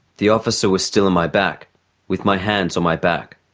the officer was still on my back with my hands on my back.